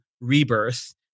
Rebirth